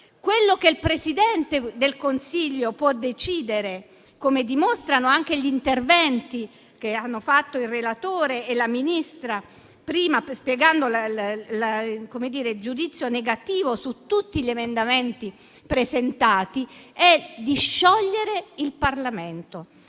Quello che il Presidente del Consiglio può decidere, come dimostrano anche gli interventi del relatore e del Ministro spiegando il giudizio negativo su tutti gli emendamenti presentati, è di sciogliere il Parlamento.